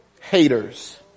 haters